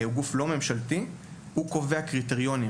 שקובע קריטריונים